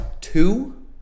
Two